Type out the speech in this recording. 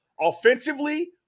offensively